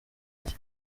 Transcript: iki